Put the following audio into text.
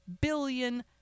billion